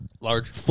large